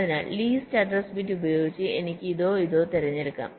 അതിനാൽ least address bit ഉപയോഗിച്ച് എനിക്ക് ഇതോ ഇതോ തിരഞ്ഞെടുക്കാം